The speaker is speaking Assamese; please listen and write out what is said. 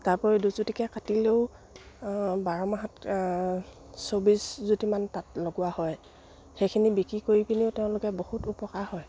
তাৰোপৰি দুযুটিকে কাটিলেও বাৰ মাহত চৌবিছ যুটিমান তাঁত লগোৱা হয় সেইখিনি বিক্ৰী কৰি পিনিও তেওঁলোকে বহুত উপকাৰ হয়